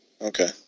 Okay